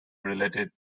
related